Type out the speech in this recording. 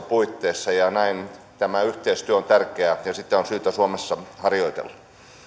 puitteissa ja näin tämä yhteistyö on tärkeää ja sitä on syytä suomessa harjoitella